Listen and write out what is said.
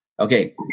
Okay